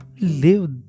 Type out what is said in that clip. live